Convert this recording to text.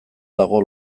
dago